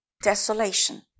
Desolation